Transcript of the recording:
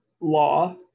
law